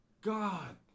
God